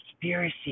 conspiracy